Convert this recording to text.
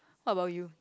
what about you